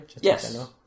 Yes